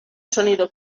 sonido